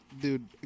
Dude